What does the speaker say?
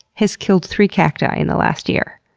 has killed three cacti in the last year.